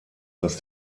dass